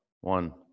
One